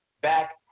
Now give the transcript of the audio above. back